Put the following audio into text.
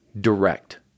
direct